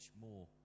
more